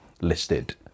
listed